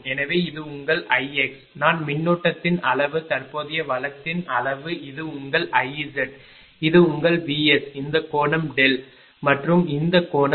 எனவே இது உங்கள் Ix நான் மின்னோட்டத்தின் அளவு தற்போதைய வலத்தின் அளவு இது உங்கள் IZ இது உங்கள் VS இந்த கோணம் மற்றும் இந்த கோணம்